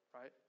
right